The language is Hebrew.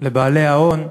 לבעלי ההון,